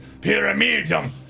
Pyramidum